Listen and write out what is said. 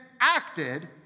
acted